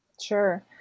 Sure